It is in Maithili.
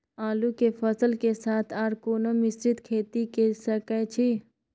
आलू के फसल के साथ आर कोनो मिश्रित खेती के सकैछि?